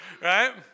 right